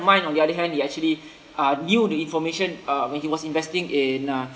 mine on the other hand he actually uh knew the information uh when he was investing in a